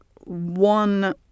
one